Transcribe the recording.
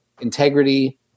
integrity